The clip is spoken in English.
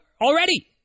already